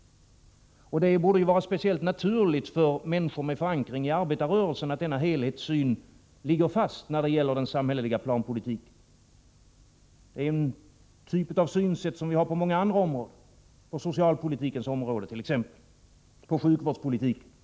Det borde vara speciellt naturligt för människor med förankring i arbetarrörelsen att denna helhetssyn ligger fast när det gäller den samhälleliga planpolitiken. Det är ett synsätt som vi har på många andra områden, t.ex. på socialpolitikens och sjukvårdspolitikens område.